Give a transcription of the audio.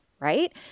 right